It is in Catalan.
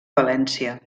valència